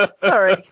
sorry